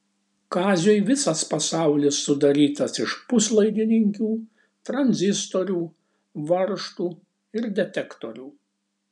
kaziui visas pasaulis sudarytas iš puslaidininkių tranzistorių varžtų ir detektorių